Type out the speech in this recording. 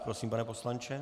Prosím, pane poslanče.